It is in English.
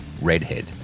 redhead